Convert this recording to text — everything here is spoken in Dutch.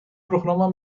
programma